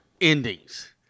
endings